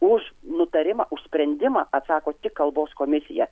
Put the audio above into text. už nutarimą už sprendimą atsako tik kalbos komisija